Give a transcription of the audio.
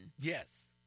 Yes